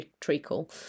treacle